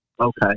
Okay